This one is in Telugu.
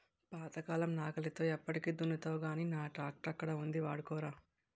పాతకాలం నాగలితో ఎప్పటికి దున్నుతావ్ గానీ నా ట్రాక్టరక్కడ ఉంది వాడుకోరా